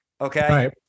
Okay